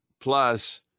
plus